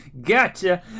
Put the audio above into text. Gotcha